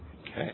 Okay